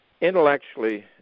intellectually